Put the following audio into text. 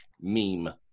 meme